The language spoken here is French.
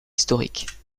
historiques